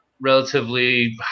relatively